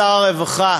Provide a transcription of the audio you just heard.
לשמוע, אדוני שר הרווחה,